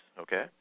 okay